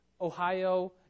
Ohio